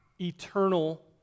eternal